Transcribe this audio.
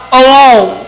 alone